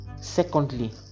secondly